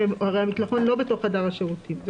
והרי המקלחון לא בתוך חדר השירותים.